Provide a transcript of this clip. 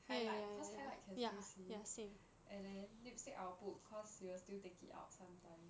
highlight cause highlight can still see and then lipstick I will put cause you will still take it out sometimes